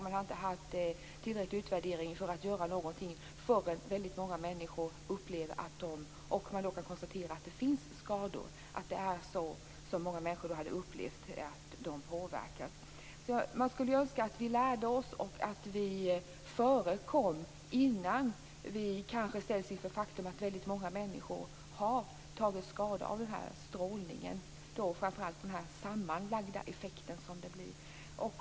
Man har inte haft tillräckligt med utvärderingar för att göra något förrän väldigt många människor upplevt att de påverkats och att man kan konstatera skador. Man skulle önska att vi lärde oss och att vi förekom innan vi kanske ställs inför det faktum att många människor tagit skada av strålningen, framför allt av den sammanlagda effekten.